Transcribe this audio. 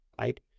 right